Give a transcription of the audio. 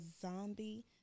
zombie